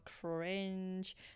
cringe